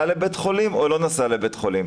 לבית החולים ובין אם לא נסע לבית חולים.